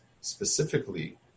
specifically